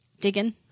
digging